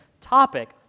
topic